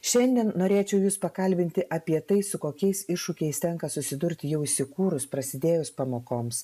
šiandien norėčiau jus pakalbinti apie tai su kokiais iššūkiais tenka susidurti jau įsikūrus prasidėjus pamokoms